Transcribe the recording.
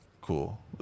cool